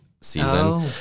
season